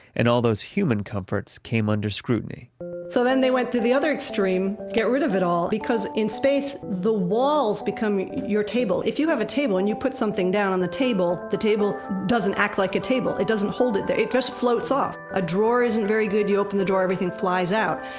and all those human comforts came under scrutiny so then they went to the other extreme get rid of it all because, in space, the walls become your table. if you have a table and you put something down on the table, the table doesn't act like a table. it doesn't hold it there. it just floats off. a drawer isn't very good. you open the drawer and everything flies out.